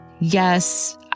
yes